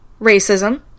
racism